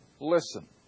Listen